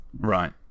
Right